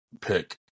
pick